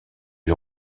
lui